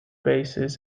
bases